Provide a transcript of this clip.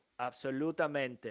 absolutamente